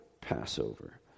Passover